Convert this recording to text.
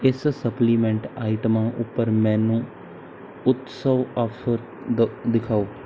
ਇਸ ਸਪਲੀਮੈਂਟ ਆਈਟਮਾਂ ਉੱਪਰ ਮੈਨੂੰ ਉਤਸਵ ਆਫ਼ਰ ਦ ਦਿਖਾਓ